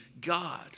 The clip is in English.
God